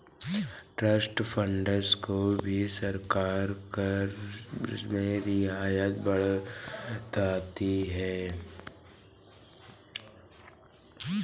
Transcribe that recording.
trust funds को भी सरकार कर में रियायत बरतती है